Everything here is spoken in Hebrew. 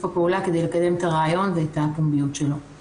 הפעולה כדי לקדם את הרעיון ואת הפומביות שלו.